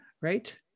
right